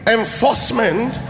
enforcement